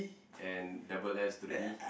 and double S to the B